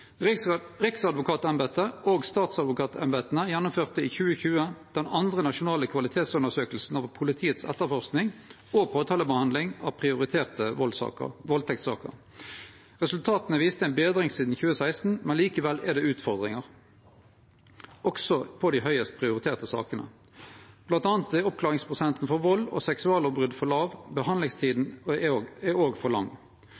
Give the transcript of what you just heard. Riksadvokatembetet og statsadvokatembeta gjennomførte i 2020 den andre nasjonale kvalitetsundersøkinga av politiets etterforsking og påtalebehandling av prioriterte valdtektssaker. Resultata viste ei betring sidan 2016, men likevel er det utfordringar, også på dei høgst prioriterte sakene. Bl.a. er oppklaringsprosenten for vald og seksuallovbrot for låg, og behandlingstida er òg for lang.